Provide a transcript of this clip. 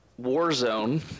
Warzone